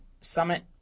Summit